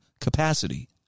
capacity